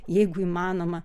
jeigu įmanoma